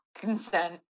consent